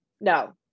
No